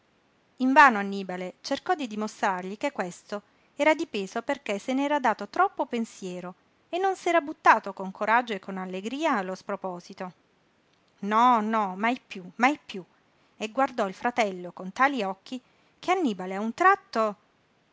invano annibale cercò di dimostrargli che questo era dipeso perché se n'era dato troppo pensiero e non s'era buttato con coraggio e con allegria allo sproposito no no mai piú mai piú e guardò il fratello con tali occhi che annibale a un tratto